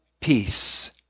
peace